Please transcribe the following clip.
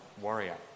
warrior